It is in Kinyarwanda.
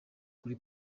kuri